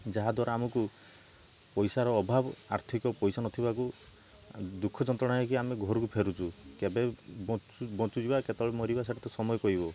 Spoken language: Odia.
ଯାହାଦ୍ୱାରା ଆମୁକୁ ପଇସାର ଅଭାବ ଆର୍ଥିକ ପଇସା ନଥିବାକୁ ଦୁଃଖ ଯନ୍ତ୍ରଣା ହେଇକି ଆମେ ଘରୁକୁ ଫେରୁଛୁ କେବେ ବଞ୍ଚୁଛୁ ବା କେତେବେଳେ ମରିବା ସେଇଟା ତ ସମୟ କହିବ